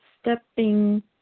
stepping